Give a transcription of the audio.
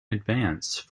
advance